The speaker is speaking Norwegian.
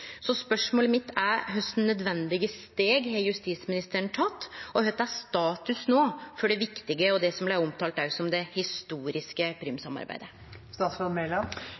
Spørsmålet mitt er: Kva for nødvendige steg har justisministeren teke, og kva er status no for det viktige – og det som òg blei omtalt som det historiske